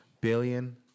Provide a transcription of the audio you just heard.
billion